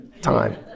time